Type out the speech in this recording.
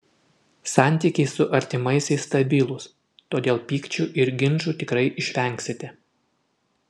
santykiai su artimaisiais stabilūs todėl pykčių ir ginčų tikrai išvengsite